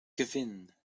kvin